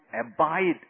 abide